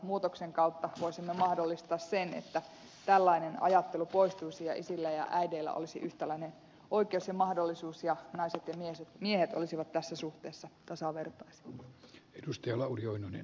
muutoksen kautta voisimme mahdollistaa sen että tällainen ajattelu poistuisi ja isillä ja äideillä olisi yhtäläinen oikeus ja mahdollisuus ja naiset ja miehet olisivat tässä suhteessa tasavertaisia